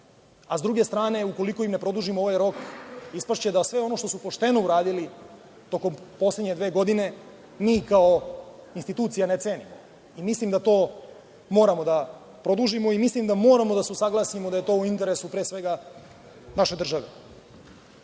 a s druge strane, ukoliko im ne produžimo ovaj rok, ispašće da sve ono što su pošteno uradili tokom poslednje dve godine mi kao institucija ne cenimo. Mislim da to moramo da produžimo i mislim da moramo da se usaglasimo da je to u interesu pre svega naše